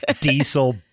diesel